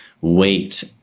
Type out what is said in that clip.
wait